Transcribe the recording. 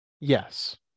yes